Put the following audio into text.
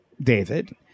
David